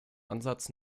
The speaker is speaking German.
ansatz